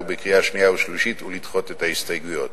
בקריאה שנייה ושלישית ולדחות את ההסתייגויות.